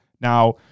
now